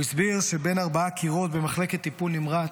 הוא הסביר שבין ארבעה קירות במחלקת טיפול נמרץ,